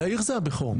יאיר זה הבכור.